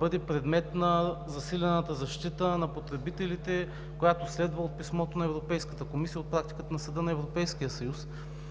бъде предмет на засилената защита на потребителите, която следва от писмото на Европейската комисия и от практиката на Съда на Европейския съюз.